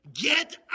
Get